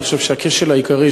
אני חושב שהכשל העיקרי,